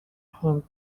هند